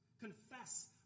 Confess